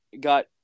got